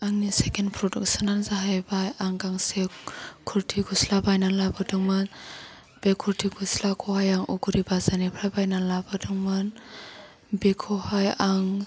आंनि चेकेन प्रदाकशना जाहैबाय आं गांसे कुर्ति गस्ला बायना लाबोदोंमोन बे कुर्ति गस्लाखौहाय आं अगरि बाजारनिफ्राय बायना लाबोदोंमोन बेखौहाय आं